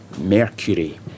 Mercury